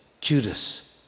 Judas